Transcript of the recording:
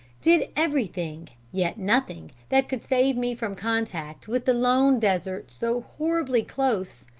did everything, yet nothing, that could save me from contact with the lone desert so horribly close.